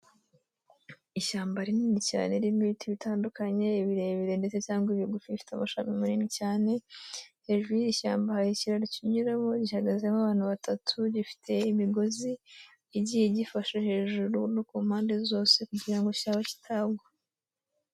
Ishyamba rinini cyane ririmo ibiti bitandukanye, ibirebire ndetse cyangwa ibigufi bifite amashabi manini cyane. Hejuru y'irishyamba hari ikiraro kinyuramo gihagazemo abantu batatu gifite imigozi, igiye igifashe hejuru no ku mpande zose kugira cyaba kitagwa.